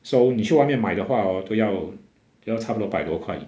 so 你去外面买的话 hor 都要都要差不多百多块